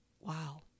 wow